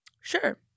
Sure